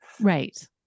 right